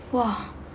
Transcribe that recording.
!wah!